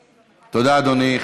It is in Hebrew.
תודה, אדוני.